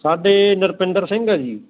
ਸਾਡੇ ਨਰਪਿੰਦਰ ਸਿੰਘ ਹੈ ਜੀ